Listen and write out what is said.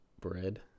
bread